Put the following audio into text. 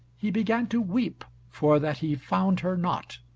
he began to weep for that he found her not.